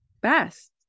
best